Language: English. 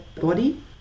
body